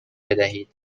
بدهید